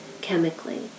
chemically